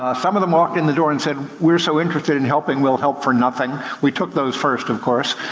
ah some of them walked in the door and said we're so interested in helping, we'll help for nothing. we took those first, of course.